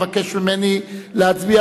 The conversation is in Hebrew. מבקש ממני להצביע